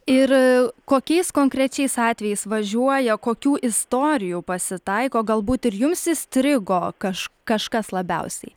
ir kokiais konkrečiais atvejais važiuoja kokių istorijų pasitaiko galbūt ir jums įstrigo kaž kažkas labiausiai